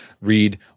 Read